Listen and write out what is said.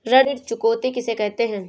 ऋण चुकौती किसे कहते हैं?